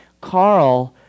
Carl